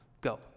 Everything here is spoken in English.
go